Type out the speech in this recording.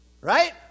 right